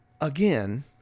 Again